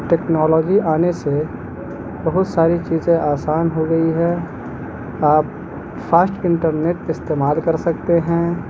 technology آنے سے بہت ساری چیزیں آسان ہو گئی ہے آپ فاسٹ انٹرنیٹ استعمال کر سکتے ہیں